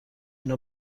اینا